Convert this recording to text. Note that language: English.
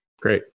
Great